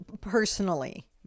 personally